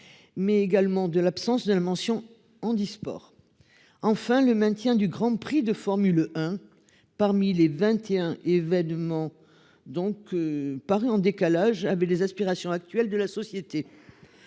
Mais également de l'absence de la mention handisport. Enfin, le maintien du Grand Prix de Formule 1. Parmi les 21 événement donc. Paraît en décalage avec les aspirations actuelles de la société.